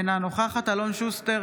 אינה נוכחת אלון שוסטר,